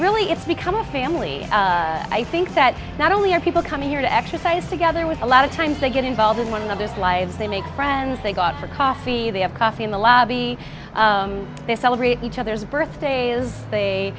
really it's become a family i think that not only are people coming here to exercise together with a lot of times they get involved in one another's lives they make friends they got for coffee they have coffee in the lobby they celebrate each other's birthday is they